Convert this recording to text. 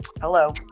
hello